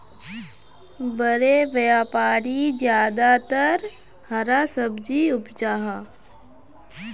बड़े व्यापारी ज्यादातर हरा सब्जी उपजाहा